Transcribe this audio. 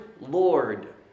Lord